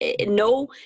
No